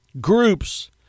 groups